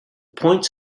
points